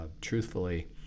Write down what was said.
truthfully –